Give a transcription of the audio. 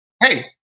Hey